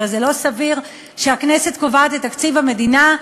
הרי זה לא סביר שהכנסת קובעת את תקציב המדינה,